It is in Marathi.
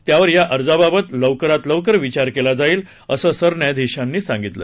त्यावर या अर्जाबाबत लवकरात लवकर विचार केला जाईल असे सरन्यायाधिशांनी सांगितले